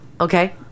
Okay